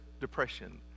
depression